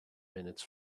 minutes